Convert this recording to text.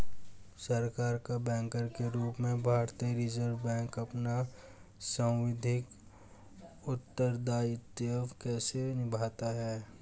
सरकार का बैंकर के रूप में भारतीय रिज़र्व बैंक अपना सांविधिक उत्तरदायित्व कैसे निभाता है?